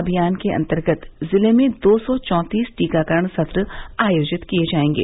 अभियान के अंतर्गत जिले में दो सौ चौतीस टीकाकरण सत्र आयोजित किए जाएंगे